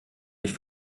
ich